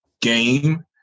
game